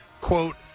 quote